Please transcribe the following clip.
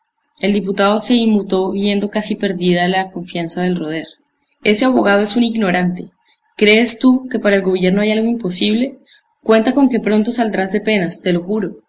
el diputado se inmutó viendo casi perdida la confianza del roder ese abogado es un ignorante crees tú que para el gobierno hay algo imposible cuenta con que pronto saldrás de penas te lo juro